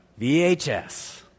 VHS